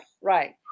right